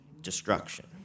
destruction